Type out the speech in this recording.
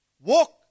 Walk